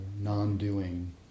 non-doing